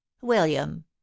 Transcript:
william